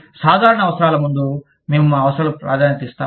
కాబట్టి సాధారణ అవసరాలకు ముందు మేము మా అవసరాలకు ప్రాధాన్యత ఇస్తాము